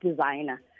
designer